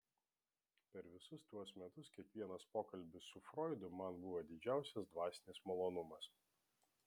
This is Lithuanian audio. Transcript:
per visus tuos metus kiekvienas pokalbis su froidu man buvo didžiausias dvasinis malonumas